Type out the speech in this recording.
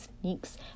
sneaks